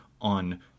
on